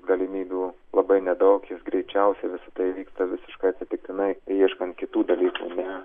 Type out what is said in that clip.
galimybių labai nedaug jis greičiausiai visa tai įvyksta visiškai atsitiktinai ieškant kitų dalykų ne